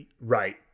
Right